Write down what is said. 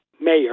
mayor